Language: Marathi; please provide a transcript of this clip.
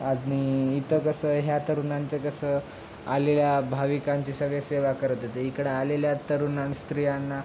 आणि इथं कसं ह्या तरुणांचं कसं आलेल्या भाविकांची सगळे सेवा करत येते इकडं आलेल्या तरुण स्त्रियांना